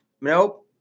Nope